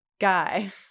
guy